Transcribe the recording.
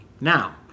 Now